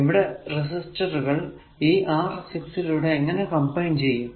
ഇവിടെ ഈ റെസിസ്റ്ററുകൾ ഈ R 6 ലൂടെ എങ്ങനെ കമ്പൈൻ ചെയ്യും